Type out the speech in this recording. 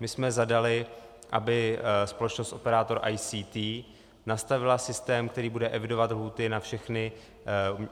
My jsme zadali, aby společnost, operátor ICT, nastavila systém, který bude evidovat lhůty na všechny